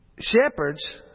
Shepherds